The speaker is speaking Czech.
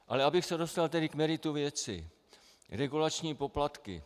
Ale abych se dostal k meritu věci regulační poplatky.